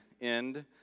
end